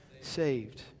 Saved